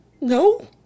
no